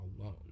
alone